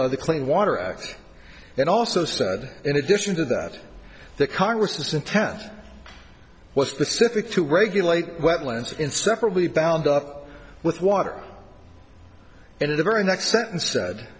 of the clean water act and also started in addition to that the congress was intent was specific to regulate wetlands inseparably bound up with water and in the very next sentence sa